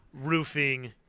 roofing